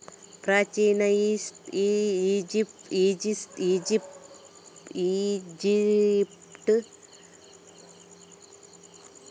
ಪ್ರಾಚೀನ ಈಜಿಪ್ಟ್ ಕಾಲದಿಂದಲೂ ಸಾಮಾನ್ಯವಾಗಿ ನೀರಿನ ಚೌಕಟ್ಟುಗಳು ಬಳಕೆನಲ್ಲಿ ಉಂಟು